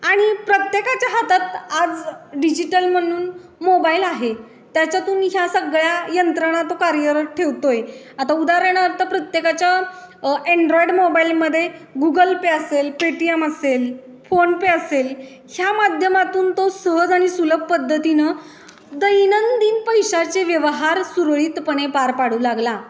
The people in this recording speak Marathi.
आणि प्रत्येकाच्या हातात आज डिजिटल म्हणून मोबाईल आहे त्याच्यातून ह्या सगळ्या यंत्रणा तो कार्यरत ठेवतो आहे आता उदाहरणार्थ प्रत्येकाच्या अँड्रॉईड मोबाईलमध्ये गुगल पे असेल पेटीएम असेल फोन पे असेल ह्या माध्यमातून तो सहज आणि सुलभ पद्धतीनं दैनंदिन पैशाचे व्यवहार सुरळीतपणे पार पाडू लागला